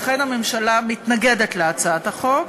לכן, הממשלה מתנגדת להצעת החוק.